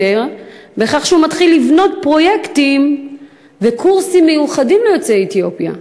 בכך שהוא מתחיל לבנות פרויקטים וקורסים מיוחדים ליוצאי אתיופיה.